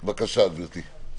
בבקשה, גברתי.